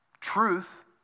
truth